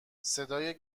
صدای